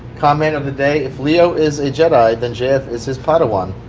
comment of the day. if leo is a jedi, then j f. is his padawan